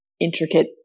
intricate